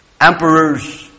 emperors